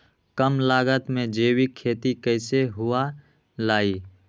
कम लागत में जैविक खेती कैसे हुआ लाई?